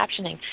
captioning